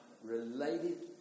related